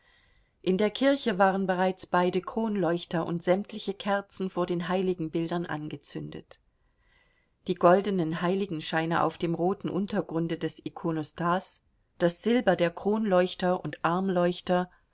in der kirche waren bereits beide kronleuchter und sämtliche kerzen vor den heiligenbildern angezündet die goldenen heiligenscheine auf dem roten untergrunde des ikonostas das silber der kronleuchter und armleuchter